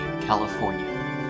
California